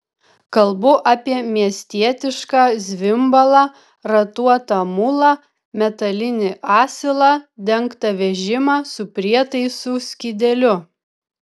kalbu apie miestietišką zvimbalą ratuotą mulą metalinį asilą dengtą vežimą su prietaisų skydeliu